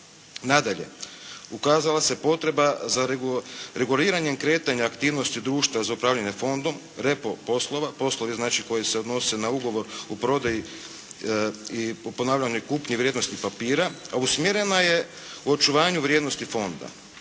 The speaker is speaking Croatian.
Nadalje, ukazala se potreba za reguliranjem kretanja aktivnosti društva za upravljanje fondom, …/Govornik se ne razumije./… poslova. Poslovi znači koji se odnose na ugovor o prodaji i o …/Govornik se ne razumije./… vrijednosti papira. A usmjerena je u očuvanju vrijednosti Fonda.